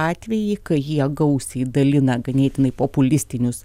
atvejį kai jie gausiai dalina ganėtinai populistinius